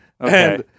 Okay